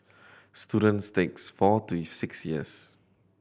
students takes four to six years